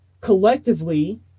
collectively